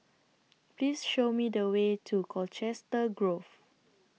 Please Show Me The Way to Colchester Grove